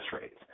rates